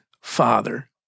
Father